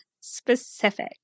specific